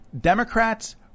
Democrats